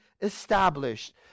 established